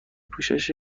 پوشش